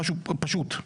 משהו פשוט.